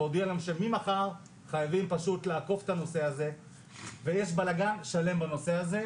והודיעו להם שממחר חייבים לאכוף את הנושא הזה ויש בלגן שלם בנושא הזה.